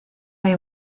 hay